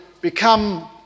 become